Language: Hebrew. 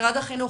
משרד החינוך,